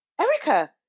Erica